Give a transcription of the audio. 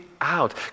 out